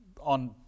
on